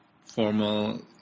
Formal